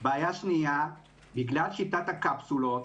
בעיה שנייה, בגלל שיטת הקפסולות,